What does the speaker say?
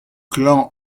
klañv